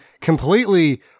completely